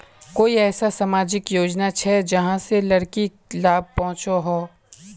कोई ऐसा सामाजिक योजना छे जाहां से लड़किक लाभ पहुँचो हो?